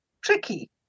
tricky